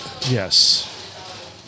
Yes